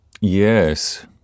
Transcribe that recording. Yes